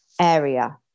area